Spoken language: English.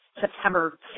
September